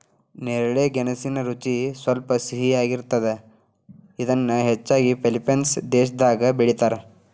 ನೇರಳೆ ಗೆಣಸಿನ ರುಚಿ ಸ್ವಲ್ಪ ಸಿಹಿಯಾಗಿರ್ತದ, ಇದನ್ನ ಹೆಚ್ಚಾಗಿ ಫಿಲಿಪೇನ್ಸ್ ದೇಶದಾಗ ಬೆಳೇತಾರ